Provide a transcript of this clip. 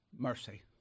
Mercy